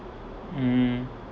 mm